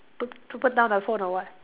p~ put down the phone or what